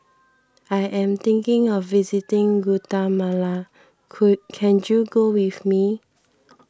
I am thinking of visiting Guatemala can you go with me